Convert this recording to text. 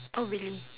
oh really